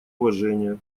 уважения